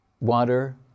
water